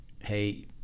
hey